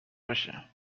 باشه